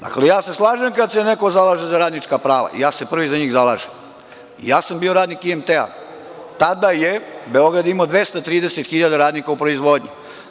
Dakle, ja se slažem kada se neko zalaže za radnička prava, jer ja se prvi za njih zalažem, bio sam radnik IMT i tada je Beograd imao 230.000 radnika u proizvodnji.